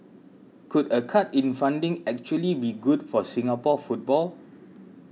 could a cut in funding actually be good for Singapore football